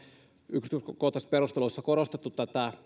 yksityiskohtaisissa perusteluissa korostettu